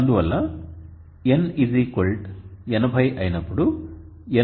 అందువలన N 80 అయినప్పుడు N 800 అవుతుంది